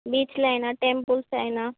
బీచ్లు అయినా టెంపుల్స్ అయినా